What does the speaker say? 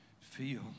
feel